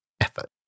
effort